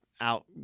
out